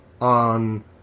on